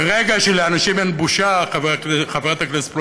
ברגע שלאנשים אין בושה, חברת הכנסת פלוסקוב,